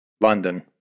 London